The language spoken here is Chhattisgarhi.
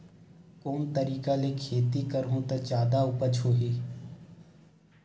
कोन तरीका ले खेती करहु त जादा उपज होही?